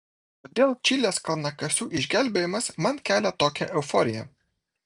kodėl čilės kalnakasių išgelbėjimas man kelia tokią euforiją